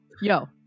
yo